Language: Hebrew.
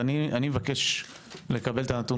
אני מבקש לקבל את הנתון,